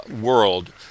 world